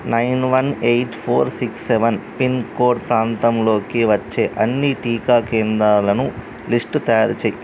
nine one eight four six seven pin code ప్రాంతంలోకి వచ్చే అన్ని టీకా కేంద్రాలను లిస్టు తయారు చేయి